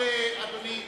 אדוני,